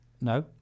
No